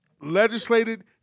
legislated